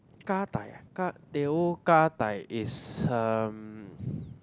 gah-dai ah gah teh O gah-dai is um